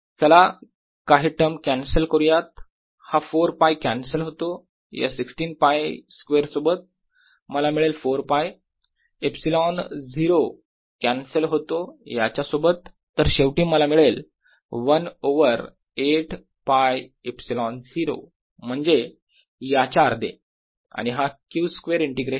चला काही term cancel करूयात हा 4ㄫ कॅन्सल होतो या 16 ㄫ स्क्वेअर सोबत मला मिळेल 4ㄫ ε0 कॅन्सल होतो याच्यासोबत तर शेवटी मला मिळेल 1 ओवर 8 ㄫε0 म्हणजे याच्या अर्धे आणि हा Q स्क्वेअर इंटिग्रेशन